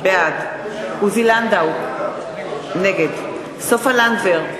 בעד עוזי לנדאו, נגד סופה לנדבר,